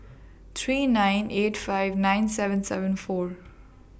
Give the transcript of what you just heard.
three nine eight five nine seven seven four